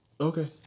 Okay